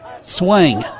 Swing